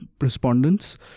respondents